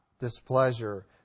Displeasure